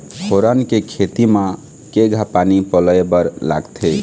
फोरन के खेती म केघा पानी पलोए बर लागथे?